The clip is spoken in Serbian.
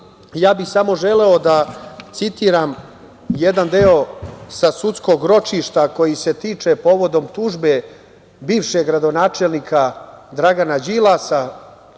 Ja bih samo želeo da citiram jedan deo sa sudskog ročišta koji se tiče povodom tužbe bivšeg gradonačelnika Dragana Đilasa,